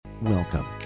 Welcome